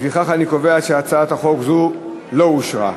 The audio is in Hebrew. לפיכך אני קובע שהצעת חוק זו לא אושרה.